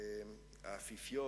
את הקטע על המשטרה והסיפור